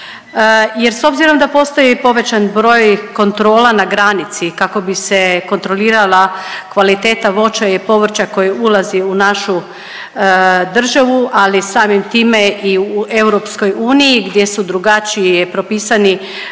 jer s obzirom da postoji povećani broj kontrola na granici kako bi se kontrolirala kvaliteta voća i povrća koje ulazi u našu državu, ali samim time i u EU gdje su drugačije propisane